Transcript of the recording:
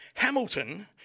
Hamilton